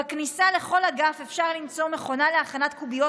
"בכניסה לכל אגף אפשר למצוא מכונה להכנת קוביות